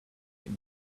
him